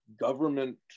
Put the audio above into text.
government